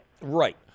Right